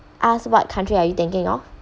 ask what country are you thinking of